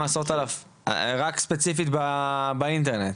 רק ספציפית באינטרנט,